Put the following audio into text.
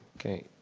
okay,